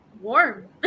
warm